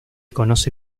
conoce